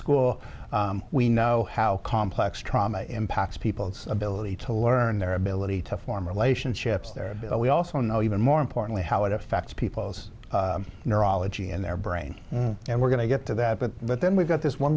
school we know how complex trauma impacts people's ability to learn their ability to form relationships their bill we also know even more importantly how it affects people's neurology and their brain and we're going to get to that but but then we've got this one